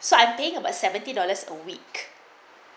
so I being about seventy dollars a week